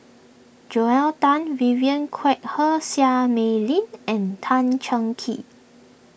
Joel Tan Vivien Quahe Seah Mei Lin and Tan Cheng Kee